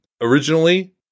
originally